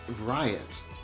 riot